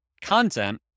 content